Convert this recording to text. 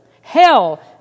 Hell